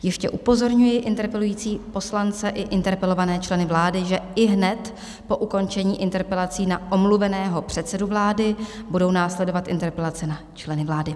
Ještě upozorňuji interpelující poslance i interpelované členy vlády, že ihned po ukončení interpelací na omluveného předsedu vlády budou následovat interpelace na členy vlády.